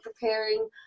preparing